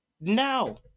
Now